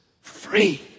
free